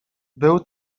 był